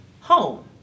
home